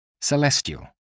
celestial